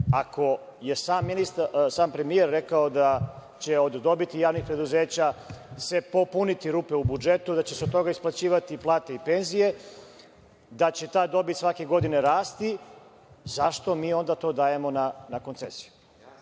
Ako je sam premijer rekao da će od dobiti javnih preduzeća se popuniti rupe u budžetu, da će se od toga isplaćivati plate i penzije, da će ta dobit svake godine rasti, zašto mi onda to dajemo na koncesiju?